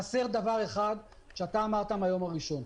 חסר דבר אחד שאתה אמרת מן היום הראשון: